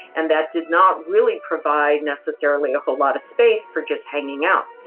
and that did not really provide necessarily a whole lot of space for just hanging out